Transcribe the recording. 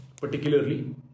particularly